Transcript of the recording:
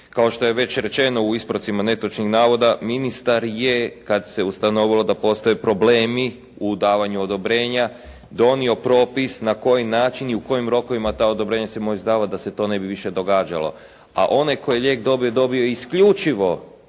Kao što je već rečeno u ispravcima netočnih navoda ministar je kada se ustanovilo da postoje problemi u davanju odobrenja donio propis na koji način i u kojim rokovima ta odobrenja ćemo izdavati da se to ne bi više događalo. A onaj koji je lijek dobio, dobio je isključivo